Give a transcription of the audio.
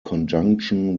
conjunction